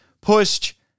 pushed